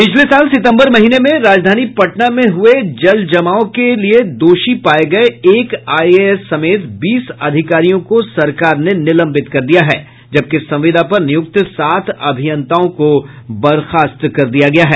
पिछले साल सितम्बर महीने में राजधानी पटना में हुए जलजमाव के लिए दोषी पाये गये एक आईएएस समेत बीस अधिकारियों को सरकार ने निलंबित कर दिया है जबकि संविदा पर नियुक्त सात अभियंताओं को बर्खास्त कर दिया गया है